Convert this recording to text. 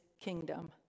kingdom